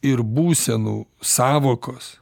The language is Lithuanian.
ir būsenų sąvokos